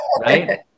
right